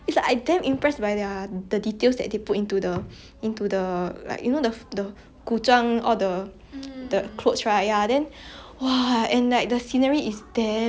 the clothes right ya then !wah! and then the scenery is damn nice eh like all the 桃零 all that like the peach blossoms in a scenery so !wah! their C_G_I is like